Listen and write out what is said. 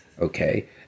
Okay